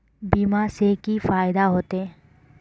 बीमा से की फायदा होते?